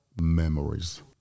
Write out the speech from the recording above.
memories